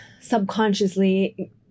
subconsciously